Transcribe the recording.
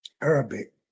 Arabic